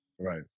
right